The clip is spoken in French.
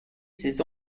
ces